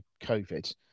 COVID